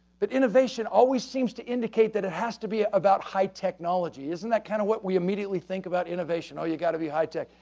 but innovation always seems to indicate that it has to be about about high technology. isn't that kind of what we immediately think about innovation? oh! you've got to be high-tech,